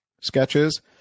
sketches